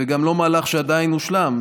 וגם לא מהלך שעדיין הושלם,